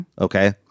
Okay